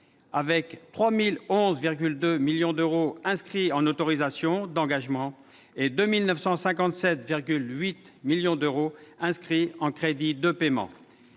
avec 3 011,2 millions d'euros inscrits en autorisations d'engagement et 2 957,8 millions d'euros en crédits de paiement.